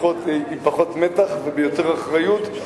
עם פחות מתח ויותר אחריות.